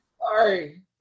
Sorry